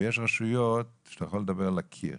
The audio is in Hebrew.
ויש רשויות שאתה יכול לדבר לקיר,